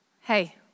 hey